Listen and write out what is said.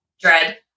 Dread